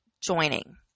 joining